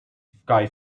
guy